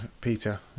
Peter